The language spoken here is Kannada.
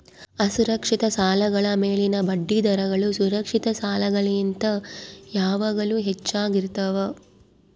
ಅಸುರಕ್ಷಿತ ಸಾಲಗಳ ಮೇಲಿನ ಬಡ್ಡಿದರಗಳು ಸುರಕ್ಷಿತ ಸಾಲಗಳಿಗಿಂತ ಯಾವಾಗಲೂ ಹೆಚ್ಚಾಗಿರ್ತವ